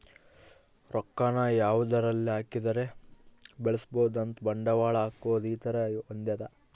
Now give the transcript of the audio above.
ರೊಕ್ಕ ನ ಯಾವದರಲ್ಲಿ ಹಾಕಿದರೆ ಬೆಳ್ಸ್ಬೊದು ಅಂತ ಬಂಡವಾಳ ಹಾಕೋದು ಈ ತರ ಹೊಂದ್ಯದ